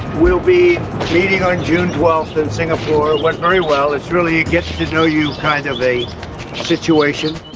we'll be meeting on june twelfth in singapore. it went very well. it's really a get-to-know-you kind of a situation.